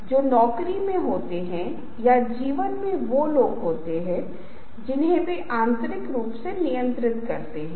जब तक वे पूरी तरह से आवश्यक नहीं होते हैं आप उनका उपयोग नहीं करें क्योंकि वे प्रस्तुति के स्वभाव के खिलाफ जाते हैं